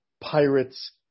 Pirates